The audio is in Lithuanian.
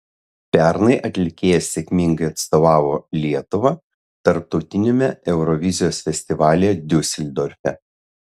pernai atlikėja sėkmingai atstovavo lietuvą tarptautiniame eurovizijos festivalyje diuseldorfe